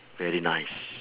very nice